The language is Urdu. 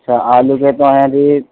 اچھا آلو کے تو ہیں ابھی